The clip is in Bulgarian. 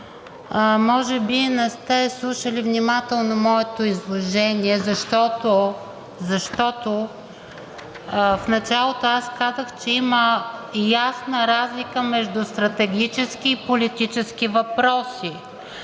може би не сте слушали внимателно моето изложение, защото в началото аз казах, че има ясна разлика между стратегически и политически въпроси.